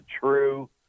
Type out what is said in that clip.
true